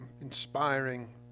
inspiring